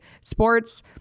Sports